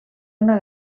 una